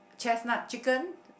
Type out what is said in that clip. chestnut chicken